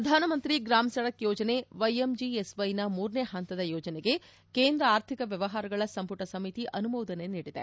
ಪ್ರಧಾನಮಂತ್ರಿ Gram Sadak Yojana Y M G S Y ನ ಮೂರನೆ ಹಂತದ ಯೋಜನೆಗೆ ಕೇಂದ್ರ ಆರ್ಥಿಕ ವ್ಯವಹಾರಗಳ ಸಂಪುಟ ಸಮಿತಿ ಅನುಮೋದನೆ ನೀಡಿದೆ